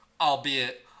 albeit